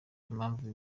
impamvu